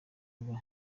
kuba